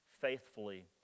faithfully